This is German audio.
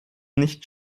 nicht